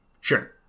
Sure